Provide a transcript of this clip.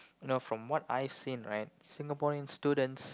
you know from what I've seen right Singaporean students